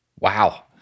Wow